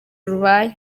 rubaye